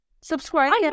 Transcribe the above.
Subscribe